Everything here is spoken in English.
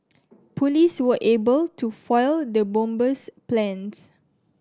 police were able to foil the bomber's plans